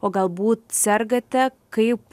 o galbūt sergate kaip